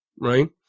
right